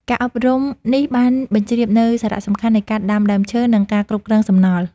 ការអប់រំនេះបានបញ្ជ្រាបនូវសារៈសំខាន់នៃការដាំដើមឈើ និងការគ្រប់គ្រងសំណល់។